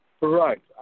Right